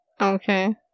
okay